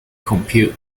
compute